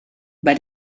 bei